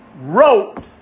wrote